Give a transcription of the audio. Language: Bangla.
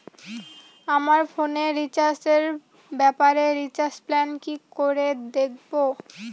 আমার ফোনে রিচার্জ এর ব্যাপারে রিচার্জ প্ল্যান কি করে দেখবো?